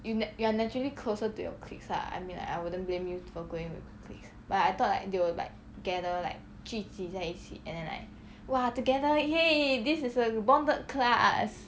you you are naturally closer to your cliques lah I mean like I wouldn't blame you for going with your clique but I thought like they will like gather like 聚集在一起 and then like !wah! together !yay! this is a bonded class